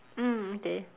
mm okay